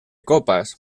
copas